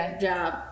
job